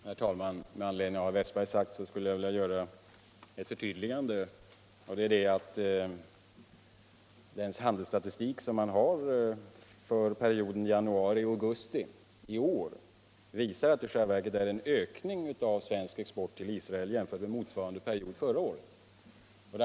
Herr talman! Med anledning av vad herr Wästberg 1 Stockholm nu sugt skulie jag vilja göra o förtydligande, och det är att den handelsstatistik som vi har för perioden januari-augusti i år visar att det i själva verket är en ökning av svensk export till Israel, jämfört med motsvarande period förra året.